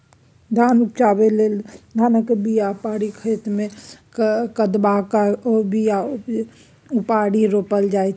धान उपजाबै लेल धानक बीया पारि खेतमे कदबा कए ओ बीया उपारि रोपल जाइ छै